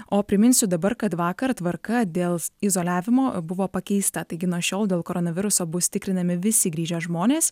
o priminsiu dabar kad vakar tvarka dėl izoliavimo buvo pakeista taigi nuo šiol dėl koronaviruso bus tikrinami visi grįžę žmonės